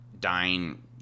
dying